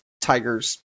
Tigers